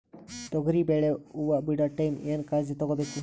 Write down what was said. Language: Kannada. ತೊಗರಿಬೇಳೆ ಹೊವ ಬಿಡ ಟೈಮ್ ಏನ ಕಾಳಜಿ ತಗೋಬೇಕು?